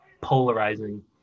polarizing